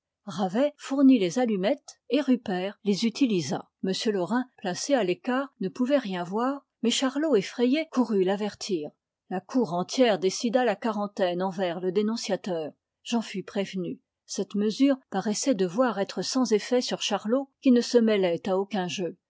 ravet fournit les allumettes et rupert les utilisa m laurin placé à l'écart ne pouvait rien voir mais charlot effrayé courut l'avertir la cour entière décida la quarantaine envers le dénonciateur j'en fus prévenu cette mesure paraissait devoir être sans effet sur charlot qui ne se mêlait à aucun jeu